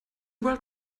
world